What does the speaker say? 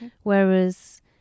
Whereas